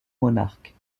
monarque